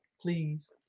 please